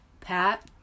Pat